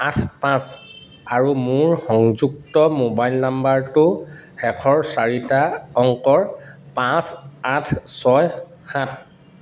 আঠ পাঁচ আৰু মোৰ সংযুক্ত মোবাইল নাম্বাৰটো শেষৰ চাৰিটা অংকৰ পাঁচ আঠ ছয় সাত